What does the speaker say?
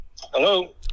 hello